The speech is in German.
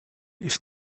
ist